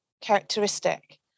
characteristic